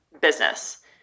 business